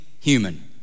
human